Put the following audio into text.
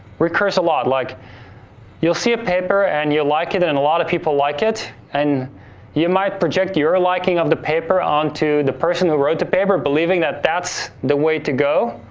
recurs a lot like you'll see a paper, and you'll like it, and a lot of people like it, and you might project your ah liking of the paper onto the person who wrote the paper, believing that that's the way to go,